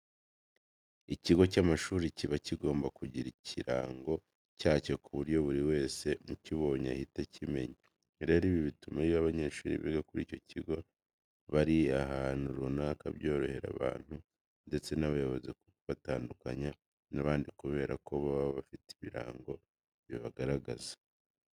Ikigo cy'amashuri kiba kigomba kugira ikirango cyacyo ku buryo buri wese ukibonye ahita akimenya. Rero ibi bituma iyo abanyeshuri biga kuri icyo kigo bari ahantu runaka byorohera abarimu ndetse n'abayobozi kubatandukanya n'abandi kubera ko baba bafite ikirango kibigaragaza.